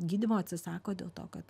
gydymo atsisako dėl to kad